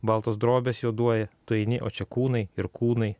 baltos drobės juoduoja tu eini o čia kūnai ir kūnai